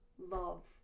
love